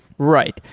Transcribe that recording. right.